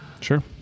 Sure